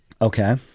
okay